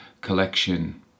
collection